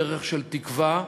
בדרך של תקווה,